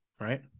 right